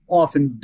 often